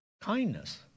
kindness